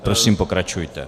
Prosím, pokračujte.